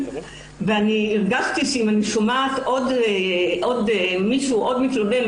ואני הרגשתי שאם אני שומעת עוד מתלונן או